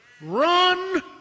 Run